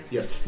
Yes